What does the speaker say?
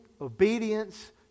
obedience